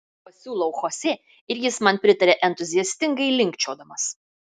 pasiūlau chosė ir jis man pritaria entuziastingai linkčiodamas